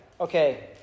Okay